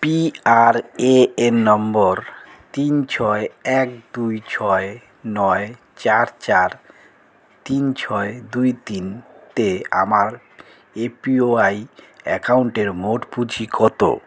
P R A N number তিন ছয় এক দুই ছয় নয় চার চার তিন ছয় দুই তিন তে আমার এ পি ওয়াই অ্যাকাউন্টের মোট পুঁজি কত